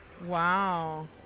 Wow